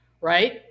Right